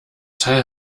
teil